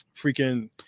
freaking